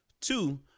Two